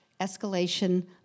escalation